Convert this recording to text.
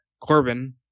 Corbin